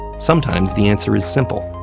sometimes, the answer is simple,